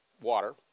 water